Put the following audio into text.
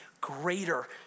greater